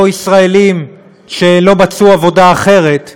או ישראלים שלא מצאו עבודה אחרת,